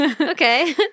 okay